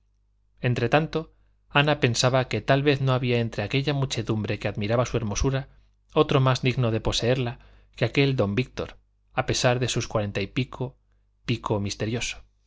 entre tanto ana pensaba que tal vez no había entre aquella muchedumbre que admiraba su hermosura otro más digno de poseerla que aquel don víctor a pesar de sus cuarenta y pico pico misterioso